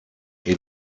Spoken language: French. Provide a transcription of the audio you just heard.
ils